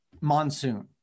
Monsoon